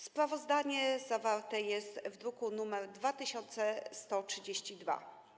Sprawozdanie zawarte jest w druku nr 2132.